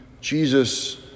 Jesus